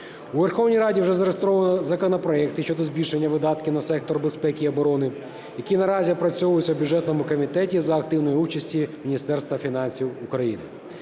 У Верховній Раді вже зареєстровано законопроект щодо збільшення видатків на сектор безпеки і оборони, який наразі опрацьовується у бюджетному комітеті за активної участі Міністерства фінансів України.